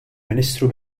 ministru